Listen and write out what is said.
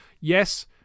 Yes